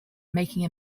making